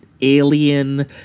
alien